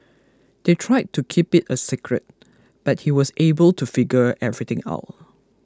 they tried to keep it a secret but he was able to figure everything out